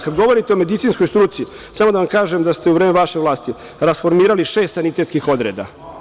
Kad govorite o medicinskoj struci, samo da vam kažem da ste u vreme vaše vlasti rasformirali šest sanitetskih odreda.